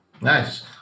Nice